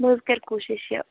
بہٕ حظ کَرِ کوٗشِش یہِ